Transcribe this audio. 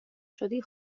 شده